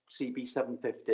CB750